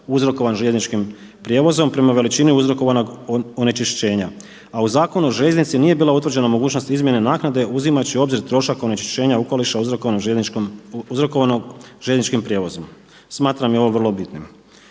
uzrokovan željezničkim prijevozom prema veličini uzrokovanog onečišćenja. A u Zakonu o željeznici nije bila utvrđena mogućnost izmjene naknade uzimajući u obzir trošak onečišćenja okoliša uzrokovanog željezničkom, uzrokovanog željezničkim prijevozom. Smatram i ovo vrlo bitnim.